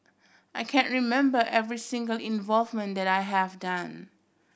I can't remember every single involvement that I have done